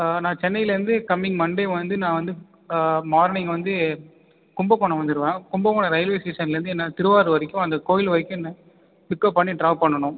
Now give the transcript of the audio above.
நான் சென்னைலேருந்து coming Monday வந்து நான் வந்து மார்னிங் வந்து கும்பகோணம் வந்துடுவேன் கும்பகோணம் ரயில்வே ஸ்டேஷன்லேருந்து என்னை திருவாரூர் வரைக்கும் அந்த கோவில் வரைக்கும் என்னை பிக்கப் பண்ணி ட்ராப் பண்ணணும்